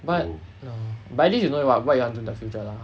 but but at least you know what what you want do in the future lah